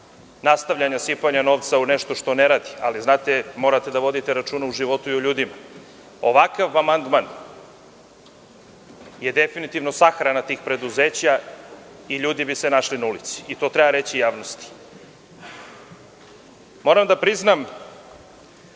nastavljanja sipanja novca u nešto što ne radi, ali morate da vodite računa o životu i ljudima. Ovakav amandman je definitivno sahrana tih preduzeća i ljudi bi se našli na ulici i to treba reći javnosti. Moram da priznam,